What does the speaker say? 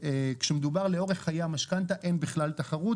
כשמדובר לאורך חיי המשכנתא אין בכלל תחרות